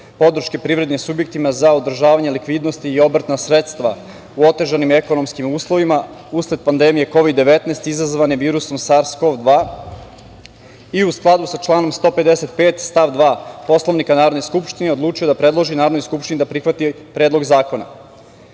podrške privrednim subjektima za održavanje likvidnosti i obrtna sredstva u otežanim ekonomskim uslovima usled pandemije Kovid - 19 izazvane virusom SARS-KoV-2 i u skladu sa članom 155. stav 2. Poslovnika Narodne skupštine odlučio da predloži Narodnoj skupštini da prihvati Predlog zakona. Razlozi